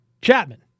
Chapman